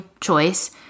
choice